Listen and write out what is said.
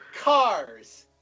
Cars